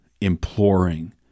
imploring